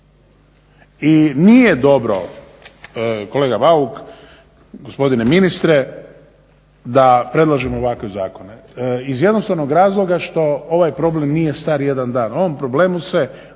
I nije dobro, kolega Bauk, gospodine ministre da predlažemo ovakve zakone iz jednostavnog razloga što ovaj problem nije star 1 dan,